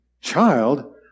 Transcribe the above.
Child